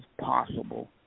possible